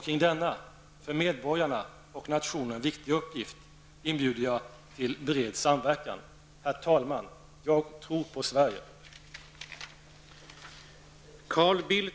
Kring denna för medborgarna och nationen viktiga uppgift inbjuder jag till bred samverkan. Herr talman! Jag tror på Sverige.